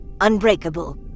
unbreakable